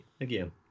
again